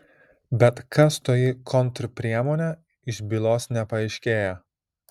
bet kas toji kontrpriemonė iš bylos nepaaiškėja